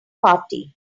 party